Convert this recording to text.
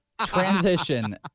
Transition